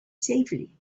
safely